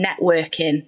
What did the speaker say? networking